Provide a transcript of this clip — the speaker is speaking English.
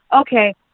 okay